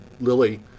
Lily